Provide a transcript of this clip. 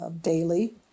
daily